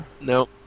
No